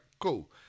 Cool